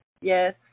Yes